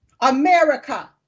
America